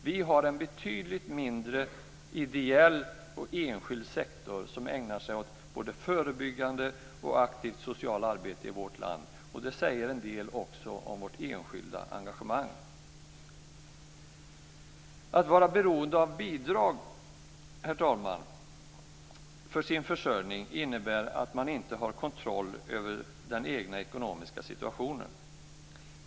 Vi har en betydligt mindre ideell och enskild sektor som ägnar sig åt både förebyggande och aktivt socialt arbete i vårt land. Det säger en del också om vårt enskilda engagemang. Herr talman! Att vara beroende av bidrag för sin försörjning innebär att man inte har kontroll över den egna ekonomiska situationen.